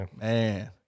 Man